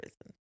person